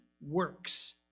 works